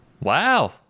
Wow